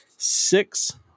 Six